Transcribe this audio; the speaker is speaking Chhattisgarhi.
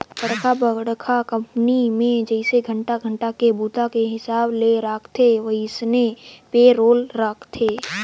बड़खा बड़खा कंपनी मे जइसे घंटा घंटा के बूता के हिसाब ले राखथे वइसने पे रोल राखथे